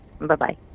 Bye-bye